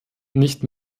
nicht